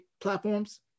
platforms